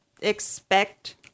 expect